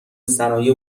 صنایع